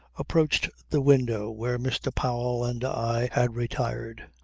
approached the window where mr powell and i had retired.